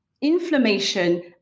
inflammation